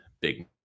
big